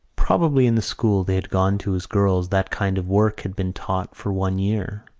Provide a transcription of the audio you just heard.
probably in the school they had gone to as girls that kind of work had been taught for one year.